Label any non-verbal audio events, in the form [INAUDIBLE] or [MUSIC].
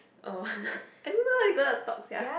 oh [LAUGHS] I don't know what they even going to talk sia